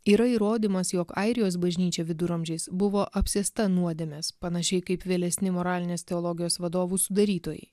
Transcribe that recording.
yra įrodymas jog airijos bažnyčia viduramžiais buvo apsėsta nuodėmės panašiai kaip vėlesni moralinės teologijos vadovų sudarytojai